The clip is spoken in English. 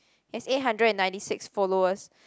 has eight hundred and ninety six followers